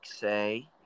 say